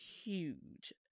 Huge